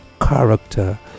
character